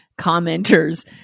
commenters